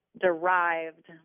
Derived